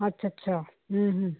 ਅੱਛਾ ਅੱਛਾ ਹਮ ਹਮ